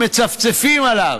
מצפצפים עליו.